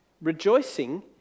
rejoicing